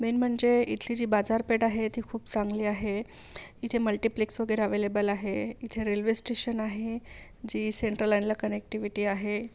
main म्हणजे इथली जी बाजारपेठ आहे ती खूप चांगली आहे इथे मल्टिप्लेक्स वगैरे अव्हेलेबल आहे इथे रेल्वेस्टेशन आहे जी सेंट्रल लाईनला कनेक्टिव्हिटी आहे